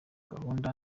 gahunda